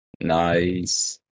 Nice